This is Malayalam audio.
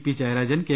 P Jayarajan K